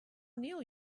neil